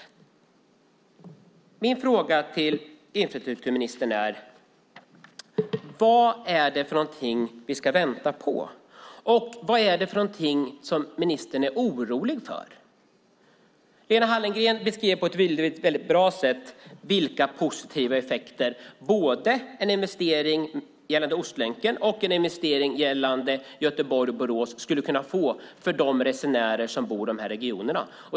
Min fråga till infrastrukturministern är: Vad är det vi ska vänta på? Vad är ministern orolig för? Lena Hallengren beskrev på ett väldigt bra sätt vilka positiva effekter både en investering gällande Ostlänken och en investering gällande Göteborg-Borås skulle kunna få för de resenärer som bor i dessa regioner.